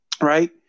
right